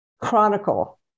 chronicle